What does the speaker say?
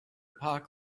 park